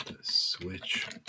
switch